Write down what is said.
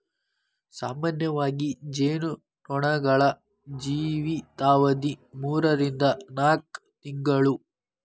ಸಾಮಾನ್ಯವಾಗಿ ಜೇನು ನೊಣಗಳ ಜೇವಿತಾವಧಿ ಮೂರರಿಂದ ನಾಕ ತಿಂಗಳು